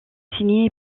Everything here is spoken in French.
signé